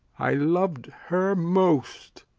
i lov'd her most,